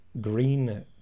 green